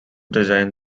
designed